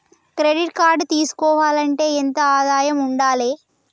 Credit card తీసుకోవాలంటే ఎంత ఆదాయం ఉండాలే?